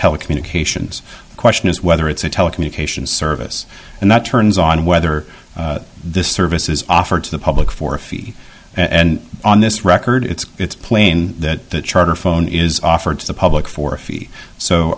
telecommunications question is whether it's a telecommunications service and that turns on whether this service is offered to the public for a fee and on this record it's it's plain that charter phone is offered to the public for